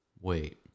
Wait